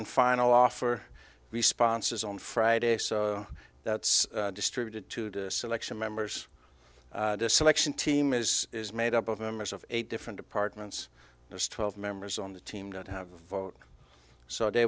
and final offer responses on friday so that's distributed to the selection members this selection team is made up of members of eight different departments there's twelve members on the team don't have vote so they